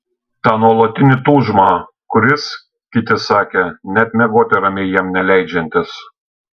tą nuolatinį tūžmą kuris kiti sakė net miegoti ramiai jam neleidžiantis